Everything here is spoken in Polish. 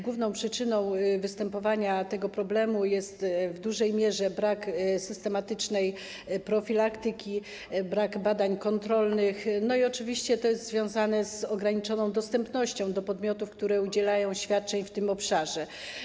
Główną przyczyną występowania tego problemu jest w dużej mierze brak systematycznej profilaktyki, brak badań kontrolnych i oczywiście jest to związane z ograniczoną dostępnością do podmiotów, które udzielają świadczeń w tym obszarze.